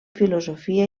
filosofia